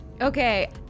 Okay